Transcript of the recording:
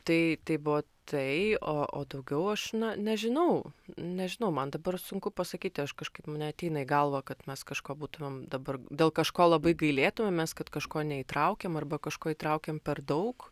tai tai buvo tai o o daugiau aš na nežinau nežinau man dabar sunku pasakyti aš kažkaip neateina į galvą kad mes kažko būtumėm dabar dėl kažko labai gailėtumėmės kad kažko neįtraukėm arba kažko įtraukėm per daug